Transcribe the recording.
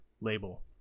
label